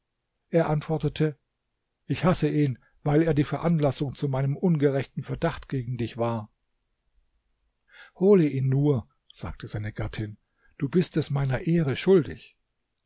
er antwortete ich hasse ihn weil er die veranlassung zu meinem ungerechten verdacht gegen dich war hole ihn nur sagte seine gattin du bist es meiner ehre schuldig